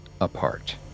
apart